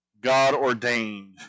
God-ordained